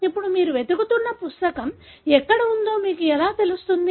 ఇప్పుడు మీరు వెతుకుతున్న పుస్తకం ఎక్కడ ఉందో మీకు ఎలా తెలుస్తుంది